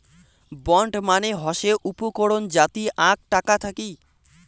bond মানে হসে উপকরণ যাতি আক টাকা থাকি